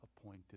appointed